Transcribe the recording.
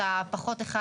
בפחות מ-1%,